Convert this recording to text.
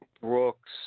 Brooks